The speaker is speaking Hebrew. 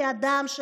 כאדם,